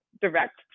direct